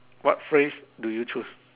what phrase do you choose